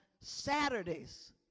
Saturdays